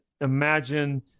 Imagine